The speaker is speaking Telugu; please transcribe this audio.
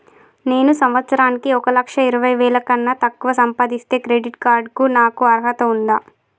నేను సంవత్సరానికి ఒక లక్ష ఇరవై వేల కన్నా తక్కువ సంపాదిస్తే క్రెడిట్ కార్డ్ కు నాకు అర్హత ఉందా?